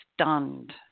stunned